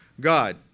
God